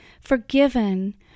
forgiven